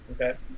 Okay